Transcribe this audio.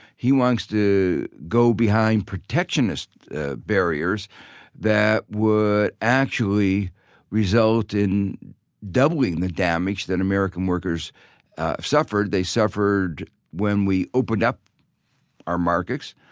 he wants to go behind protectionist barriers that would actually result in doubling the damage that american workers suffered. they suffered when we opened up our markets.